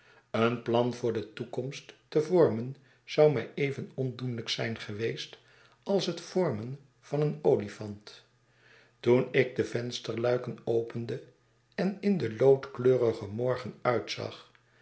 een plan voor de toekomst te vormen zou mij even ondoenlijk zijn geweest als het vormen van een olifant toen ik de vensterluiken opende en in den loodkleurigen morgen uitzag